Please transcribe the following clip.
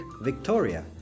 Victoria